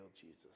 Jesus